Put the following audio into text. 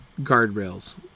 guardrails